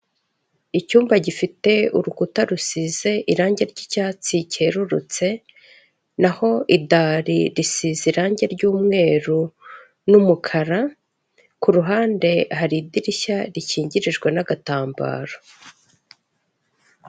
Icyumba gifite urukuta rusize irangi ry'icyatsi cyerurutse, naho idari risize irangi ry'umweru n'umukara, kuruhande hari idirishya rikingirijwe n'agatambaro.